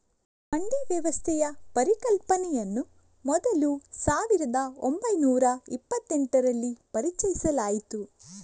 ಮಂಡಿ ವ್ಯವಸ್ಥೆಯ ಪರಿಕಲ್ಪನೆಯನ್ನು ಮೊದಲು ಸಾವಿರದ ಓಂಬೈನೂರ ಇಪ್ಪತ್ತೆಂಟರಲ್ಲಿ ಪರಿಚಯಿಸಲಾಯಿತು